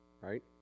right